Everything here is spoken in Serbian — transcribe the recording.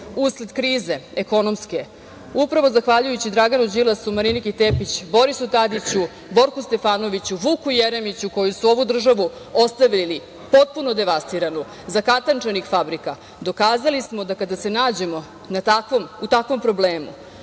usled krize ekonomske, upravo zahvaljujući Draganu Đilasu, Mariniki Tepić, Borisu Tadiću, Borku Stefanoviću, Vuku Jeremiću koji su ovu državu ostavili potpuno devastiranu, zakatančenih fabrika, dokazali smo da kada se nađemo u takvom problemu,